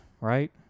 Right